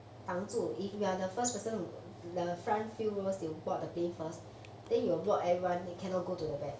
当住 if you are the first person to the front few rows they will board the plane first then you will block everyone then cannot go to the back